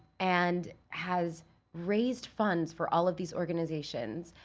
and has raised funds for all of these organizations,